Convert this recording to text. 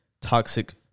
toxic